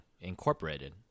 incorporated